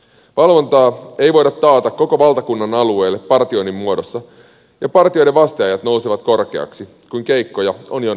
valvontaa ei voida taata koko valtakunnan alueelle partioinnin muodossa ja partioiden vasteajat nousevat korkeiksi kun keikkoja on jonoksi asti